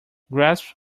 grasp